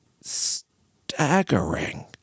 staggering